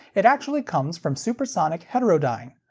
it actually comes from supersonic heterodyne.